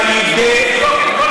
לבדוק אם כל